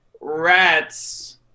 rats